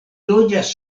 loĝas